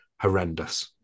Horrendous